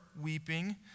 weeping